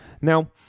Now